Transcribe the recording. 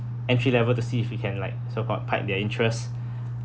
entry level to see if you can like so-called pique their interest